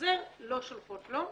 החזר עליהן לא שולחות לו.